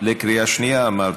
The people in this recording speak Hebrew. בקריאה שנייה, אמרתי.